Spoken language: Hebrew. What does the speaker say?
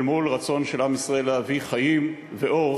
אל מול הרצון של עם ישראל להביא חיים ואור,